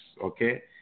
okay